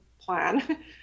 plan